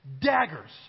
daggers